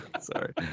Sorry